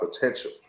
potential